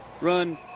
run